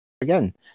again